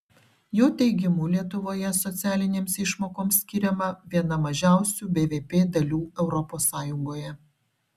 jo teigimu lietuvoje socialinėms išmokoms skiriama viena mažiausių bvp dalių europos sąjungoje